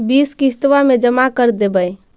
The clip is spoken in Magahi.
बिस किस्तवा मे जमा कर देवै?